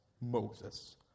Moses